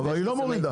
אבל היא לא מורידה.